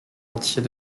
entier